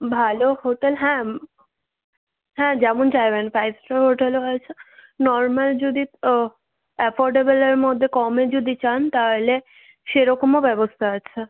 ভালো হোটেল হ্যাঁ হ্যাঁ যেমন চাইবেন ফাইভ স্টার হোটেলও আছে নরমাল যদি অ্যাফোর্ডডেবলের মধ্যে কমে যদি চান তাহলে সেরকমও ব্যবস্তা আছে